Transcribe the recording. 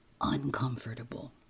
uncomfortable